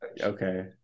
Okay